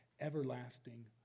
everlasting